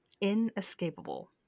inescapable